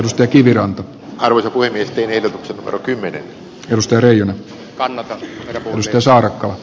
tästä kiviranta alue on kuin yhteenveto orbiter rekisteröimä kannatan puusto saarakkala